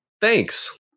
Thanks